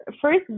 First